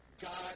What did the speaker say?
God